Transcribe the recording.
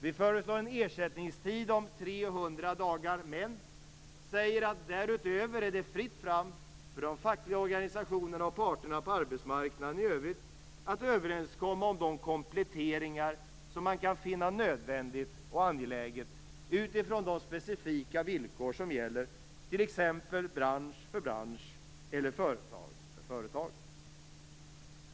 Vi föreslår en ersättningstid om 300 dagar men säger att det därutöver är fritt fram för de fackliga organisationerna och parterna på arbetsmarknaden att i övrigt överenskomma om de kompletteringar som man kan finna nödvändiga och angelägna utifrån de specifika villkor som gäller t.ex. bransch för bransch eller företag för företag.